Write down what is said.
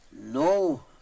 No